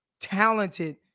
talented